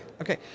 Okay